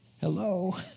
Hello